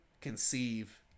conceive